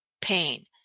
pain